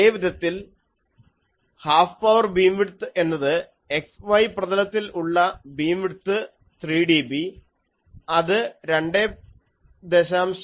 അതേ വിധത്തിൽ half power beam width എന്നത് x y പ്രതലത്തിൽ ഉള്ള ബീം വിഡ്ത്ത് 3dB അത് 2